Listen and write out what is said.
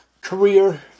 career